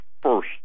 first